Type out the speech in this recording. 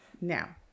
now